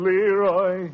Leroy